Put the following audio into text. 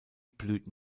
blüten